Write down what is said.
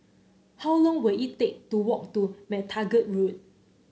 how long will it take to walk to MacTaggart Road